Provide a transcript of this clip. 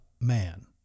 man